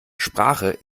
sprache